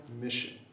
mission